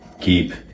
Keep